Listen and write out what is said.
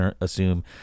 assume